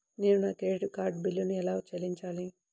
నేను నా credit card బిల్లును ఎలా చెల్లించాలీ?